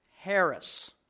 Harris